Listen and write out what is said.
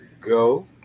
go